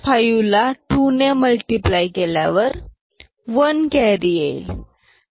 5 ला 2 ने मल्टिपल केल्यावर 1 कॅरी येईल